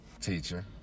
teacher